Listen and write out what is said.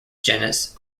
genus